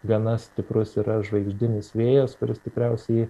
gana stiprus yra žvaigždinis vėjas kuris tikriausiai